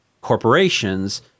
corporations